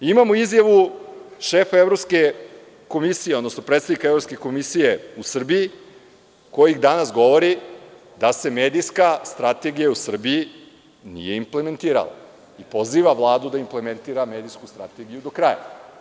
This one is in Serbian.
Imamo izjavu šefa Evropske komisije, odnosno predstavnika Evropske komisije u Srbiji, koji danas govori da se medijska strategija u Srbiji nije implementirala i poziva Vladu da implementira medijsku strategiju do kraja.